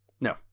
No